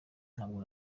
ntabwo